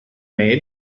made